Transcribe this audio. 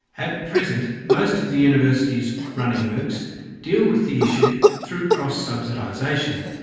at present most of the universities running moocs deal with the issue through cross-subsidisation.